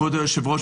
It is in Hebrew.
כבוד היושב-ראש,